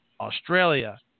Australia